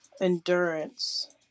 endurance